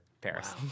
Paris